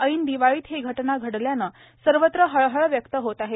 ऐन दिवाळीत ही घटना घडल्यानं सर्वत्र हळहळ व्यक्त होत आहे